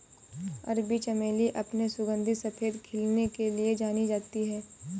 अरबी चमेली अपने सुगंधित सफेद खिलने के लिए जानी जाती है